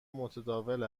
متداول